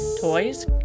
toys